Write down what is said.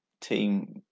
team